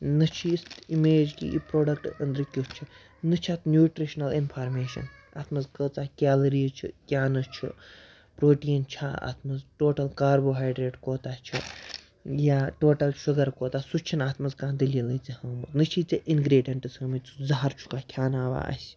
نہ چھِ یِژھ اِمیج کہِ یہِ پرٛوڈَکٹہٕ أنٛدرٕ کیُتھ چھِ نہ چھِ اَتھ نیوٗٹِرٛشنَل اِنفارمیشَن اَتھ منٛز کۭژاہ کیلریٖز چھِ کیٛاہ نہٕ چھِ پرٛوٹیٖن چھا اَتھ منٛز ٹوٹَل کاربوہایڈرٛیٹ کوتاہ چھِ یا ٹوٹَل شُگَر کوتاہ سُہ چھِنہٕ اَتھ منٛز کانٛہہ دٔلیٖلٕے ژےٚ ہٲومٕژ نہ چھِ ژےٚ اِنگرٛیٖڈٮ۪نٛٹٕس ہٲومٕتۍ ژٕ زہر چھُکھاہ کھیاناوان اَسہِ